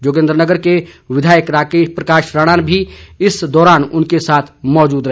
जोगिन्द्रनगर के विधायक प्रकाश राणा भी इस दौरान उनके साथ मौजूद रहे